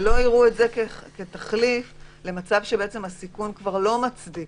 ולא יראו את זה כתחליף למצב שהסיכון כבר לא מצדיק